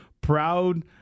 proud